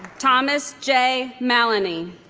thomas jay mallonee